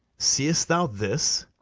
seest thou this?